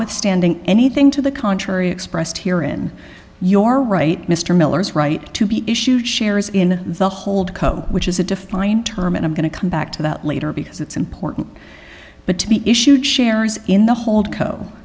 withstanding anything to the contrary expressed here in your right mr miller's right to be issued shares in the hold co which is a defined term and i'm going to come back to that later because it's important but to be issued shares in the hold co